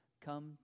come